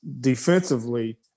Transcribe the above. defensively